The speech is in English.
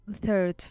third